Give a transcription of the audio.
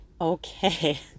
okay